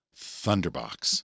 Thunderbox